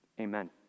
Amen